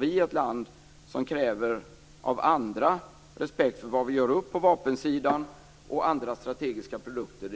Vi är ju ett land som kräver respekt av andra för vad vi gör upp på vapensidan och när det gäller andra strategiska produkter.